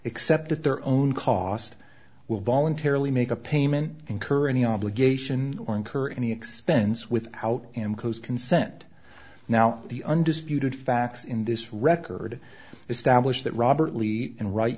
except at their own cost will voluntarily make a payment incur any obligation or incur any expense without consent now the undisputed facts in this record establish that robert lee and wri